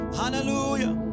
hallelujah